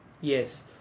yes